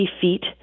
feet